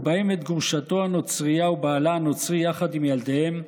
ובהם את גרושתו הנוצרייה ובעלה הנוצרי יחד עם ילדיהם,